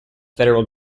federal